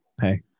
Hey